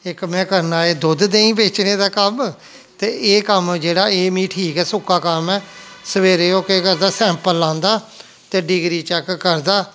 इक में करना ऐ दुद्ध देही बेचने दा कम्म ते एह् कम्म जेह्ड़ा एह् मिं ठीक ऐ सुक्का कम्म ऐ सबेरे ओह् केह् करदा सैंपल लांदा ते डिग्री चैक्क करदा